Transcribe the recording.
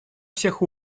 всех